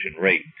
rate